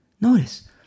notice